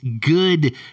good